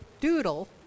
Doodle